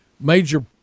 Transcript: major